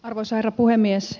arvoisa herra puhemies